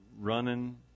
running